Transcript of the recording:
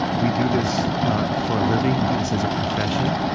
we do this for a living. we do this as a profession.